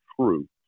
true